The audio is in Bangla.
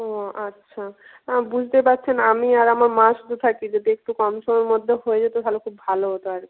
ও আচ্ছা বুঝতে পাচ্ছেন আমি আর আমার মা শুধু থাকি যদি একটু কম সমেঢ় মদ্যে হয়ে যেত তাহলে খুব ভালো হত আর কি